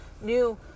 new